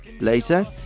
Later